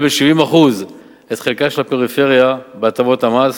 ב-70% את חלקה של הפריפריה בהטבות המס,